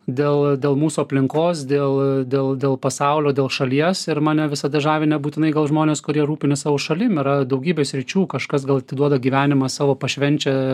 dėl dėl mūsų aplinkos dėl dėl dėl pasaulio dėl šalies ir mane visada žavi nebūtinai gal žmonės kurie rūpinasi savo šalim yra daugybė sričių kažkas gal atiduoda gyvenimą savo pašvenčia